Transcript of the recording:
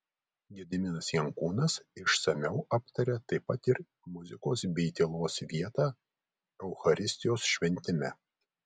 gediminas jankūnas išsamiau aptaria taip pat ir muzikos bei tylos vietą eucharistijos šventime